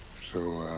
so, ah,